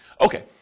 Okay